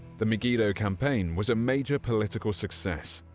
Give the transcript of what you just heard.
the megiddo campaign was a major political success,